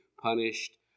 punished